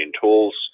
tools